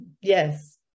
yes